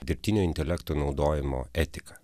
dirbtinio intelekto naudojimo etiką